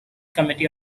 committee